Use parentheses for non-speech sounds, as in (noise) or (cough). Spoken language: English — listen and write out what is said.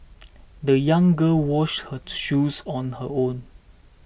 (noise) the young girl washed her shoes on her own